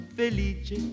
felice